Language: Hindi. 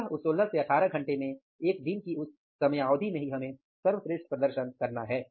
अतः उस 16 से 18 घंटे में एक दिन की उस समयावधि में ही हमें सर्वश्रेष्ठ प्रदर्शन करना है